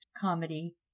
comedy